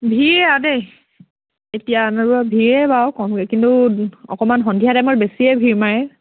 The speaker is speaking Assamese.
ভিৰ আৰু দেই এতিয়া অনবৰত ভিৰে বাৰু কওঁতে কিন্তু অকণমান সন্ধিয়া টাইমত বেছিয়ে ভিৰ মাৰে